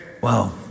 wow